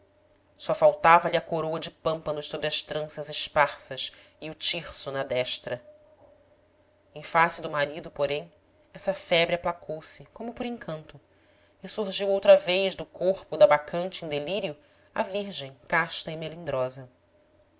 mulher só faltava-lhe a coroa de pâmpanos sobre as tranças esparsas e o tirso na destra em face do marido porém essa febre aplacou se como por encanto e surgiu outra vez do corpo da bacante em delírio a virgem casta e melindrosa